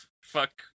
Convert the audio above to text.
Fuck